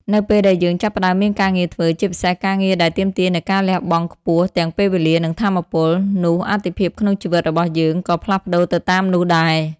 នៅពេលដែលយើងចាប់ផ្តើមមានការងារធ្វើ ជាពិសេសការងារដែលទាមទារនូវការលះបង់ខ្ពស់ទាំងពេលវេលា និងថាមពល នោះអាទិភាពក្នុងជីវិតរបស់យើងក៏ផ្លាស់ប្តូរទៅតាមនោះដែរ។